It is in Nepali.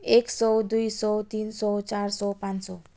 एक सौ दुई सौ तिन सौ चार सौ पाँच सौ